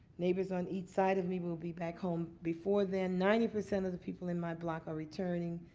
neighbors on either side of me will be back home before then. ninety percent of the people in my block are returning.